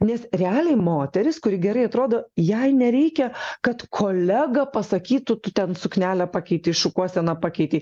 nes realiai moteris kuri gerai atrodo jai nereikia kad kolega pasakytų tu ten suknelę pakeitei šukuoseną pakeitei